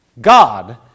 God